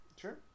sure